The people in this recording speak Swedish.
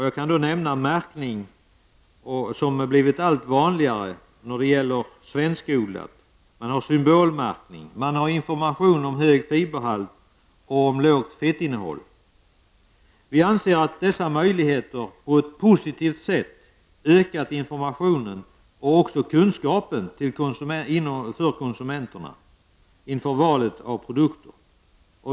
Jag kan nämna märkning som blivit allt vanligare när det gäller svenskodlat. Man har symbolmärkning, man har information om hög fiberhalt och om lågt fettinnehåll. Vi anser att dessa möjligheter på ett positivt sätt ökat informationen till konsumenterna och också deras kunskap inför valet av produkter.